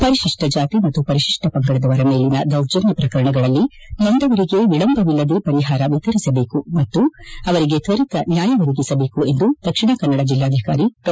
ಪರಿತಿಷ್ಟ ಜಾತಿ ಮತ್ತು ಪರಿಶಿಷ್ಟ ಪಂಗಡದವರ ಮೇಲಿನ ದೌರ್ಜನ್ಕ ಪ್ರಕರಣಗಳಲ್ಲಿ ನೊಂದವರಿಗೆ ವಿಳಂಬ ವಿಲ್ಲದೇ ಪರಿಹಾರ ವಿತರಿಸಬೇಕು ಮತ್ತು ಅವರಿಗೆ ಕ್ವರಿತ ನ್ಯಾಯ ಒದಗಿಸಬೇಕು ಎಂದು ದಕ್ಷಿಣ ಕನ್ನಡ ಜಿಲ್ಡಾಧಿಕಾರಿ ಡಾ